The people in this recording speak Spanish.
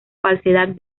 falsedad